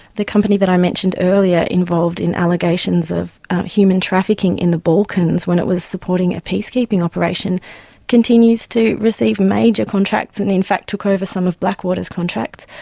the company that i mentioned earlier involved in allegations of human trafficking in the balkans when it was supporting a peace-keeping operation continues to receive major contracts and in fact took over some of blackwater's contracts.